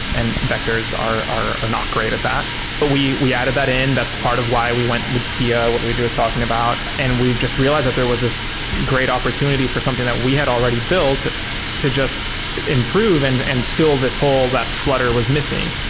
and vectors are are not great at that but we we added that in. that's part of why we went with skia, what luigi was talking about. and we just realized that there was this great opportunity for something that we had already built to just improve and and fill this hole that flutter was missing.